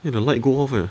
ya the light go off leh